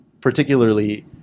particularly